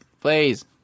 please